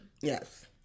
yes